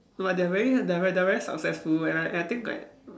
!wah! they are very they're very they're very successful and and I think like